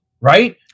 right